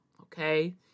Okay